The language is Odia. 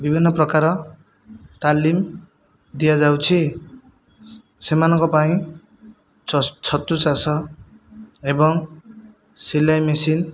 ବିଭିନ୍ନ ପ୍ରକାର ତାଲିମ ଦିଆଯାଉଛି ସେମାନଙ୍କ ପାଇଁ ଛତୁ ଚାଷ ଏବଂ ସିଲେଇ ମେସିନ୍